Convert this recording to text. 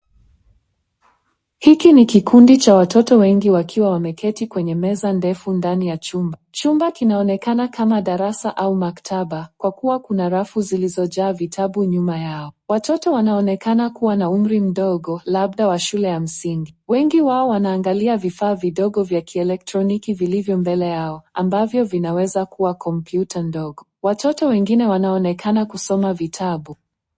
Hiki ni kikundi cha watoto wengi wakiwa wameketi kwenye meza ndefu ndani ya chumba. Chumba kinaonekana kama darasa au maktaba, kwa kuwa kuna rafu zilizojaa vitabu nyuma yao. Watoto wanaonekana kuwa na umri mdogo labda wa shule ya msingi. Wengi wao wanaangalia vifaa vidogo vya kielektroniki vilivyo mbele yao ambavyo vinaweza kuwa kompyuta ndogo. Watoto wengine wanaonekana kusoma vitabu.